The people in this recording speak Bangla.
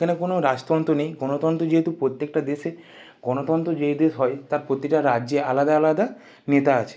এখানে কোনো রাজতন্ত্র নেই গণতন্ত্র যেহেতু প্রত্যেকটা দেশে গণতন্ত্র তার প্রতিটা রাজ্যে আলাদা আলাদা নেতা আছে